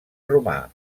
romà